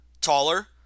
taller